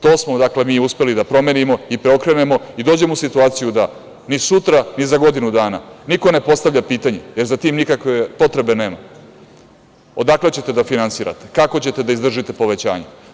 To smo uspeli da promenimo i preokrenemo i dođemo u situaciju da ni sutra ni za godinu dana niko ne postavlja pitanje, jer za tim nikakve potrebe nema, odakle ćete da finansirate, kako ćete da izdržite povećanje.